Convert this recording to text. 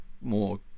more